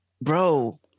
bro